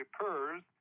occurs